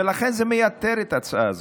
ולכן זה מייתר את ההצעה הזאת.